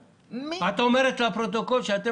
(ח) תקנה זו לא תחול בנסיבות כאמור בסעיף 76(ב)